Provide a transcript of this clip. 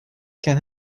can